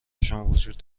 وجود